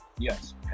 Yes